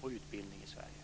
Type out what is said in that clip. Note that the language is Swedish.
och utbildning i Sverige.